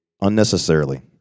Unnecessarily